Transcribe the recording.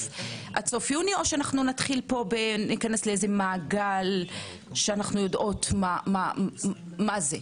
יוני או שנתחיל להיכנס למעגל שאנחנו יודעות מה זה?